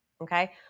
okay